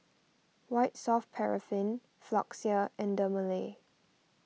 White Soft Paraffin Floxia and Dermale